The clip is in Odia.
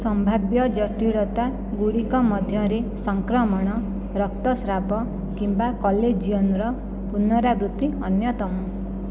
ସମ୍ଭାବ୍ୟ ଜଟିଳତା ଗୁଡ଼ିକ ମଧ୍ୟରେ ସଂକ୍ରମଣ ରକ୍ତସ୍ରାବ କିମ୍ବା କଲେଜିଅନର ପୁନରାବୃତ୍ତି ଅନ୍ୟତମ